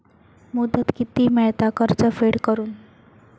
मुदत किती मेळता कर्ज फेड करून?